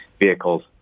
vehicles